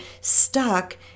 stuck